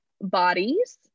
bodies